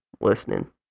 listening